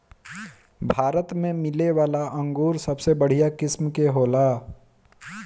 भारत में मिलेवाला अंगूर सबसे बढ़िया किस्म के होला